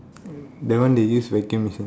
that one they use vacuum machine